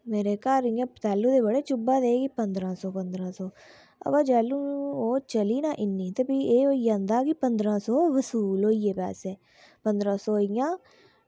मेरे घर पैह्लें ते बड़े चुब्भा दे हे कि पंदरां सौ पंदरां सौ ते जैलूं ओह् चली जंदी निं इन्नी ते तौलूं इन्ना एह् होंदा की पंरां सौ बसूल होइयै दिक्खदा पंदरां सौ रपेआ इंया